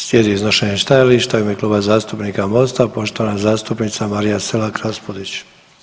Slijedi iznošenje stajališta u ime Kluba zastupnika Mosta, poštovana zastupnica Marija Selak Raspudić.